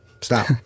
stop